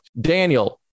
daniel